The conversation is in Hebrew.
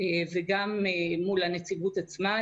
וגם מול הנציבות עצמה.